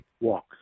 walk